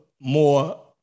more